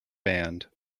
band